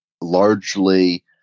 largely